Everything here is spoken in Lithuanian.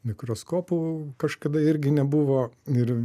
mikroskopų kažkada irgi nebuvo ir